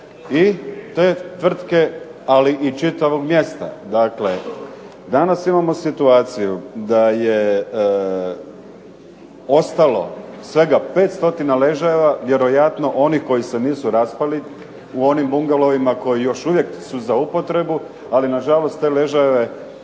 i te tvrtke, ali i čitavog mjesta. Danas imamo situaciju da je ostalo svega 500 ležajeva, vjerojatno onih koji se nisu raspali u onim bungalovima koji su još za upotrebu, ali nažalost te ležajeve